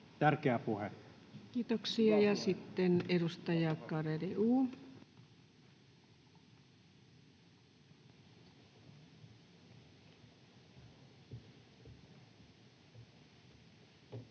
Tärkeä puhe!] Kiitoksia. — Ja sitten edustaja Garedew.